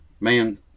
man